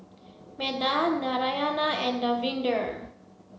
Medha Narayana and Davinder